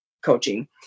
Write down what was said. coaching